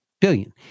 billion